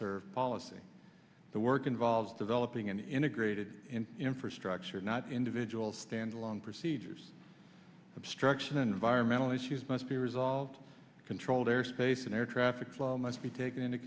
served policy the work involves developing an integrated infrastructure not individual standalone procedures obstruction environmental issues must be resolved controlled airspace and air traffic flow must be taken into